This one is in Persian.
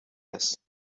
هست